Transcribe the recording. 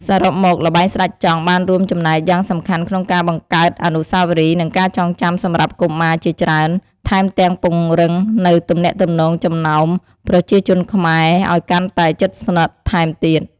សរុបមក ល្បែងស្ដេចចង់ បានរួមចំណែកយ៉ាងសំខាន់ក្នុងការបង្កើតអនុស្សាវរីយ៍និងការចងចាំសម្រាប់កុមារជាច្រើន ថែមទាំងពង្រឹងនូវទំនាក់ទំនងចំណោមប្រជាជនខ្មែរឲ្យកាន់តែ ជិតស្និទ្ធ ថែមទៀត។